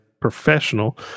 professional